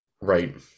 right